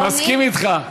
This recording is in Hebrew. מסכים אתך,